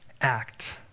act